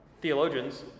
theologians